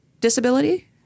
disability